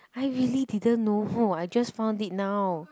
I really didn't know I just found it now